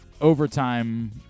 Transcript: overtime